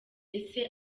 ese